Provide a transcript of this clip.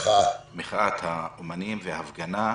מחאת האומנים והפגנה.